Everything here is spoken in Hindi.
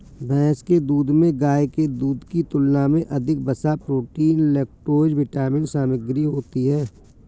भैंस के दूध में गाय के दूध की तुलना में अधिक वसा, प्रोटीन, लैक्टोज विटामिन सामग्री होती है